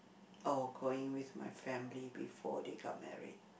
or going with my family before they got married